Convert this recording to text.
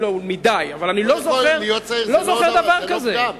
להיות צעיר זה לא פגם.